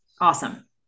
awesome